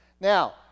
Now